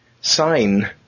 sign